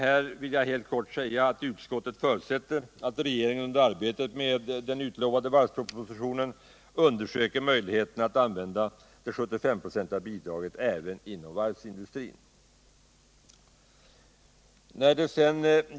Jag vill helt kort säga att utskottet förutsätter att regeringen under arbetet med den utlovade varvspropositionen undersöker möjligheterna att använda det 75-procentiga bidraget även inom varvsindustrin.